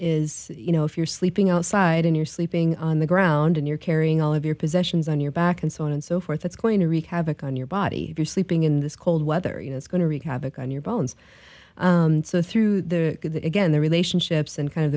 is you know if you're sleeping outside and you're sleeping on the ground and you're carrying all of your possessions on your back and so on and so forth that's going to wreak havoc on your body you're sleeping in this cold weather you know it's going to wreak havoc on your bones so through the again the relationships and kind of